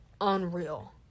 unreal